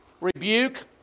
Rebuke